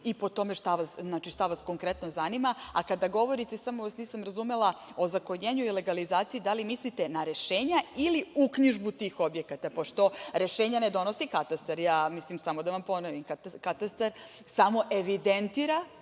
i po tome šta vas konkretno zanima. Kada govorite, samo vas nisam razumela, ozakonjenje i legalizacija, da li mislite na rešenja ili uknjižbu tih objekata, pošto rešenja ne donosi Katastar, samo da vam ponovim. Katastar samo evidentira